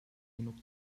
genug